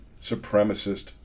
supremacist